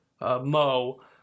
Mo